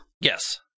Yes